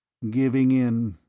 giving in.